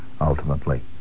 ultimately